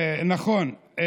נכון.